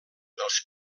dels